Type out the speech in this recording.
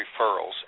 referrals